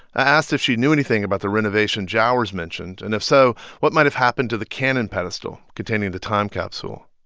i asked if she knew anything about the renovation jowers mentioned and, if so, what might have happened to the cannon pedestal containing the time capsule?